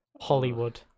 Hollywood